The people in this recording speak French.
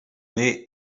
nez